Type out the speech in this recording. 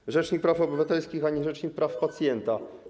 Ani rzecznik praw obywatelskich, ani rzecznik praw pacjenta.